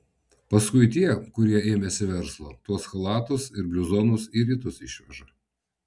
paskui tie kurie ėmėsi verslo tuos chalatus ir bliuzonus į rytus išveža